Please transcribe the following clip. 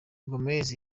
gomez